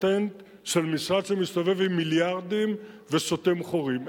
פטנט של משרד שמסתובב עם מיליארדים וסותם חורים.